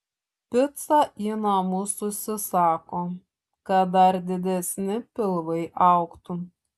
picą į namus užsisako kad dar didesni pilvai augtų